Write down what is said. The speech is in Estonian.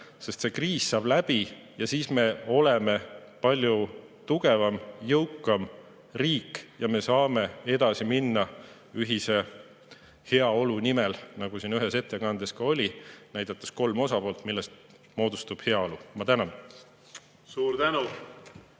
sest see kriis saab läbi ja siis me oleme palju tugevam ja jõukam riik, me saame edasi minna ühise heaolu nimel, nagu siin ühes ettekandes oli, kus näidati kolme osapoolt, millest moodustub heaolu. Ma tänan! Suur tänu!